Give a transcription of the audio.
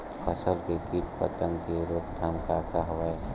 फसल के कीट पतंग के रोकथाम का का हवय?